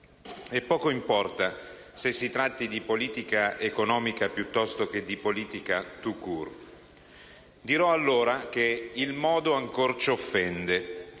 e poco importa se si tratti di politica economica o di politica *tout court*. Dirò allora che "il modo ancor c'offende":